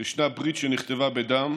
יש ברית שנכתבה בדם,